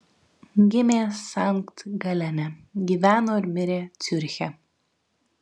gimė sankt galene gyveno ir mirė ciuriche